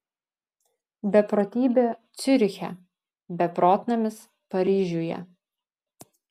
beprotybė ciuriche beprotnamis paryžiuje